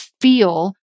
feel